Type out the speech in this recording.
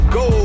go